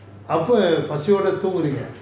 அப்போ பசி ஓட தூங்குறீங்க:appo pasi oda thungureenga